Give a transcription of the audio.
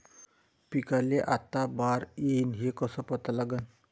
पिकाले आता बार येईन हे कसं पता लागन?